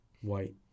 white